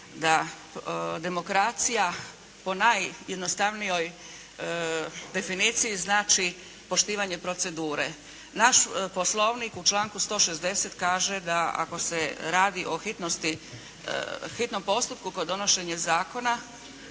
da demokracija po najjednostavnijoj definiciji znači poštivanje procedure. Naš poslovnik u članku 160. kaže da ako se radi o hitnom postupku kod donošenja zakona,